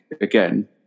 again